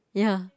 ya